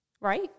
right